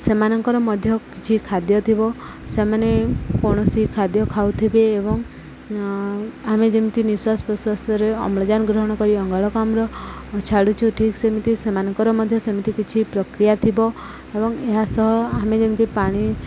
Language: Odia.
ସେମାନଙ୍କର ମଧ୍ୟ କିଛି ଖାଦ୍ୟ ଥିବ ସେମାନେ କୌଣସି ଖାଦ୍ୟ ଖାଉଥିବେ ଏବଂ ଆମେ ଯେମିତି ନିଶ୍ୱାସ ପ୍ରଶ୍ଵାସରେ ଅମ୍ଳଜାନ ଗ୍ରହଣ କରି ଅଙ୍ଗାରକାମ୍ଳ ଛାଡ଼ୁଛୁ ଠିକ୍ ସେମିତି ସେମାନଙ୍କର ମଧ୍ୟ ସେମିତି କିଛି ପ୍ରକ୍ରିୟା ଥିବ ଏବଂ ଏହା ସହ ଆମେ ଯେମିତି ପାଣି